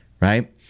right